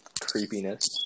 creepiness